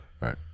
Right